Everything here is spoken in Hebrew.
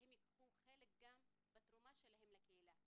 והם גם ייקחו חלק גם בתרומה שלהם לקהילה.